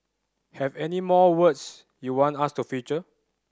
have any more words you want us to feature